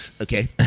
okay